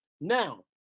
Now